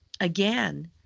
again